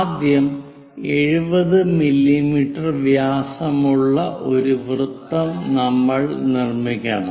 ആദ്യം 70 മില്ലീമീറ്റർ വ്യാസമുള്ള ഒരു വൃത്തം നമ്മൾ നിർമ്മിക്കണം